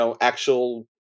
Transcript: actual